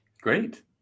Great